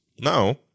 Now